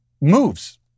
moves